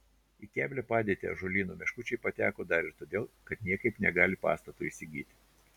į keblią padėtį ąžuolyno meškučiai pateko dar ir todėl kad niekaip negali pastato įsigyti